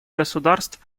государств